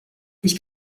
ich